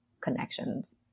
connections